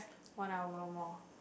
one hour more